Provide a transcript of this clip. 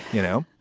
you know.